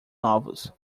novos